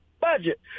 budget